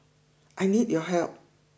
I need your help